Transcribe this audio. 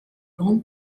grande